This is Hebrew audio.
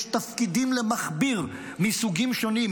יש תפקידים למכביר מסוגים שונים,